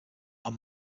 are